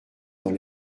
dans